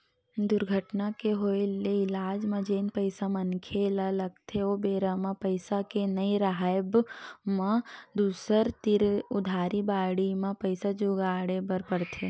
दुरघटना के होय ले इलाज म जेन पइसा मनखे ल लगथे ओ बेरा म पइसा के नइ राहब म दूसर तीर उधारी बाड़ही म पइसा जुगाड़े बर परथे